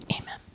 Amen